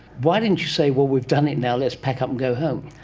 why didn't you say, well, we've done it now, let's pack up and go home?